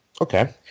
Okay